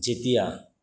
যেতিয়া